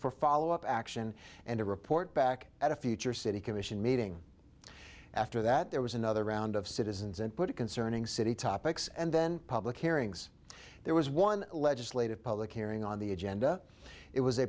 for follow up action and a report back at a future city commission meeting after that there was another round of citizens and put it concerning city topics and then public hearings there was one legislative public hearing on the agenda it was